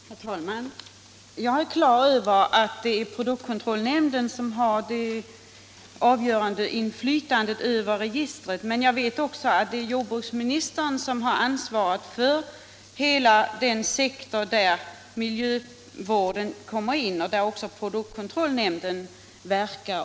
Herr talman! Jag är på det klara med att det är produktkontrollnämnden som har det avgörande inflytandet över registret. Men jag vet också att det är jordbruksministern som har ansvaret för hela den sektor där miljövården kommer in och där också produktkontrollnämnden verkar.